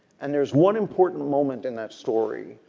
and there is one important moment in that story